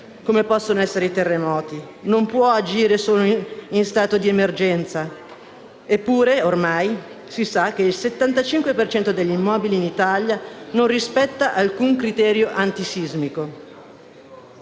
come possono essere i terremoti, non può agire solo in stato di emergenza. Eppure, ormai si sa che il 75 per cento degli immobili in Italia non rispetta alcun criterio antisismico.